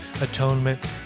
atonement